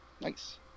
Nice